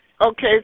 Okay